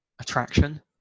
attraction